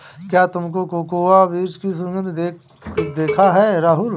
क्या तुमने कोकोआ बीज को सुंघकर देखा है राहुल?